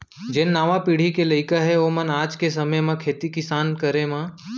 जेन नावा पीढ़ी के लइका हें ओमन आज के समे म खेती किसानी करे म धियान नइ देत हें